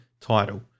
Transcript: title